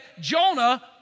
Jonah